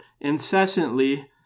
incessantly